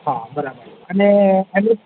હા બરાબર અને એનું